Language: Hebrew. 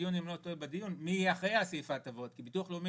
גם דיון מי יהיה על סעיף ההטבות כי ביטוח לאומי